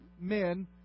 men